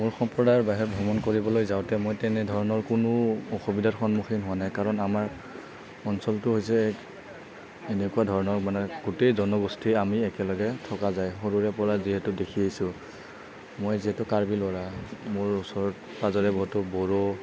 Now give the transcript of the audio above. মোৰ সম্প্ৰদায়ৰ বাহিৰত ভ্ৰমণ কৰিবলৈ যাওঁতে মই তেনেধৰণৰ কোনো অসুবিধাৰ সন্মুখীন হোৱা নাই কাৰণ আমাৰ অঞ্চলটো হৈছে এনেকুৱা ধৰণৰ মানে গোটেই জনগোষ্ঠী আমি একেলগে থকা যায় সৰুৰে পৰা যিহেতু দেখি আহিছোঁ মই যিহেতু কাৰ্বি ল'ৰা মোৰ ওচৰে পাঁজৰে বহুতো বড়ো